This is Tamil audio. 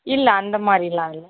இல்லை அந்த மாதிரிலாம் இல்லை